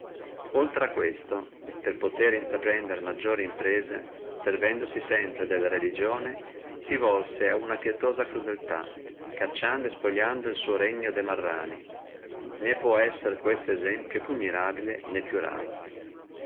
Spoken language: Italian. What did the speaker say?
oltre a questo per possere intraprendere maggiori imprese servendosi sempre della relligione si volse ad una pietosa crudeltà cacciando e spogliando el suo regno de marrani né può essere questo esemplo più miserabile né più raro